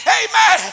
amen